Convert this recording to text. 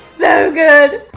so good.